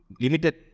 Limited